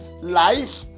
Life